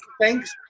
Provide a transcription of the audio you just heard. thanks